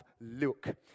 Luke